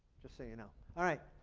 just so you know. all right.